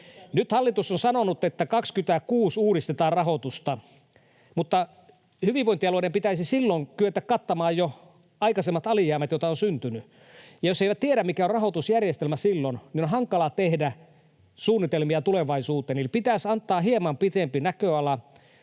Nyt hallitus on sanonut, että 26 uudistetaan rahoitusta, mutta hyvinvointialueiden pitäisi silloin kyetä kattamaan jo aikaisemmat alijäämät, joita on syntynyt. Ja jos ne eivät tiedä, mikä on rahoitusjärjestelmä silloin, on hankala tehdä suunnitelmia tulevaisuuteen, eli pitäisi antaa hieman pitempi näköala.